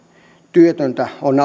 työtöntä on